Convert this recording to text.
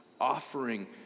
offering